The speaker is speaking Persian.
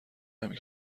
نمی